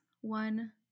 one